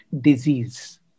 disease